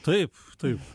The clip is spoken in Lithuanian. taip taip